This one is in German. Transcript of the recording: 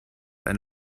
ein